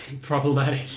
Problematic